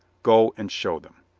go and show them.